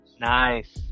Nice